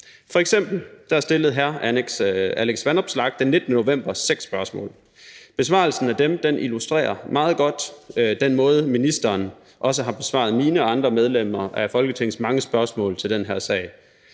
F.eks. stillede hr. Alex Vanopslagh den 19. november seks spørgsmål. Besvarelsen af dem illustrerer meget godt den måde, ministeren også har besvaret mine og andre medlemmer af Folketingets mange spørgsmål til den her sag